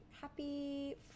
happy